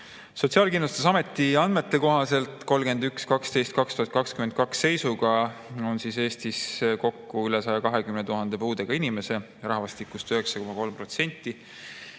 Sotsiaalkindlustusameti andmete kohaselt 31.12.2022 seisuga on Eestis kokku üle 120 000 puudega inimese, rahvastikust 9,3%.